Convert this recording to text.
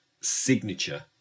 signature